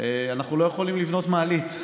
אנחנו לא יכולים לבנות מעלית.